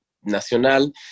nacional